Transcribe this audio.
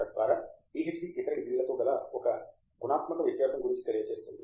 ఫణికుమార్ అవును తద్వారా పీహెచ్డీ ఇతర డిగ్రీలతో గల గుణాత్మక వ్యత్యాసం గురించి తెలియజేస్తుంది